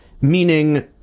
meaning